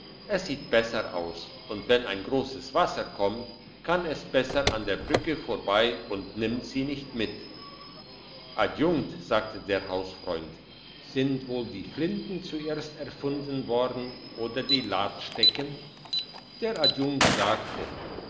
es sieht besser aus und wenn ein grosses wasser kommt kann es besser an der brücke vorbei und nimmt sie nicht mit adjunkt sagte der hausfreund sind wohl die flinten zuerst erfunden worden oder die ladstecken der adjunkt sagte